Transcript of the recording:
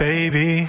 Baby